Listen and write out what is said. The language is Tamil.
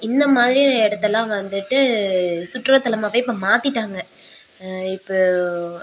இந்த மாதிரி இடத்தலாம் வந்துட்டு சுற்றுலாத்தலமாக இப்போ மாத்திட்டாங்க இப்போ